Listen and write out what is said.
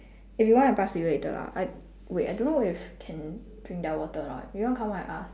if you want I pass to you later lah I wait I don't know if can drink their water or not you want come out and ask